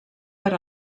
per